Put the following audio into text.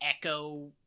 echo